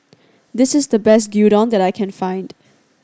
this is the best Gyudon that I can find